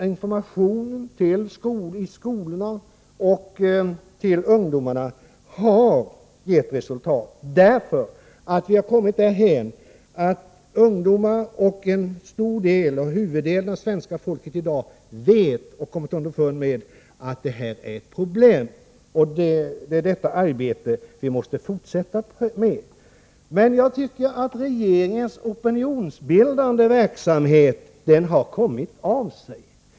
Informationen i skolorna och till ungdomarna har varit framgångsrik. Vi har kommit därhän att ungdomarna och huvuddelen av svenska folket i dag vet att drogerna är ett problem. Det är detta arbete som vi måste fortsätta. Jag tycker att regeringens opinionsbildande verksamhet har kommit av sig.